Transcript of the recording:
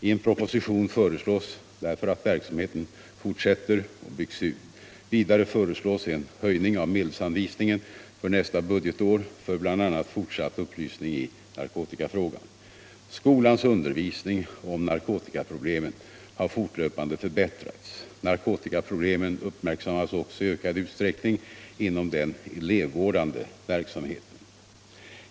I en proposition föreslås därför att verksamheten fortsätter och byggs ut. Vidare föreslås en höjning av medelsanvisningen för nästa budgetår för bl.a. fortsatt upplysning i narkotikafrågan. Skolans undervisning om narkotikaproblemen har fortlöpande förbättrats. Narkotikaproblemen uppmärksammas också i ökande utsträckning inom den elevvårdande verksamheten.